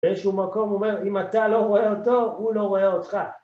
באיזשהו מקום הוא אומר, אם אתה לא רואה אותו, הוא לא רואה אותך.